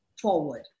forward